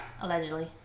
Allegedly